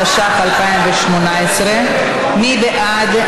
התשע"ח 2018. מי בעד?